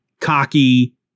cocky